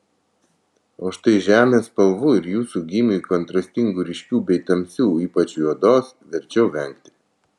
o štai žemės spalvų ir jūsų gymiui kontrastingų ryškių bei tamsių ypač juodos verčiau vengti